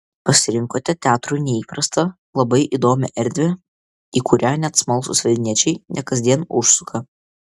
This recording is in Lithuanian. pasirinkote teatrui neįprastą labai įdomią erdvę į kurią net smalsūs vilniečiai ne kasdien užsuka